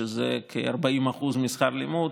שזה כ-40% משכר הלימוד,